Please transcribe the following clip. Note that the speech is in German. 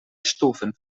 stufen